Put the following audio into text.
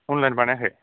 online बानायाखै